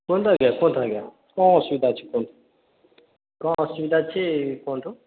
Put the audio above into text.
କୁହନ୍ତୁ ଆଜ୍ଞା କୁହନ୍ତୁ ଆଜ୍ଞା କ'ଣ ଅସୁବିଧା ଅଛି କୁହନ୍ତୁ କ'ଣ ଅସୁବିଧା ଅଛି କୁହନ୍ତୁ